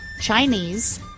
Chinese